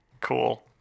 Cool